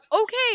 okay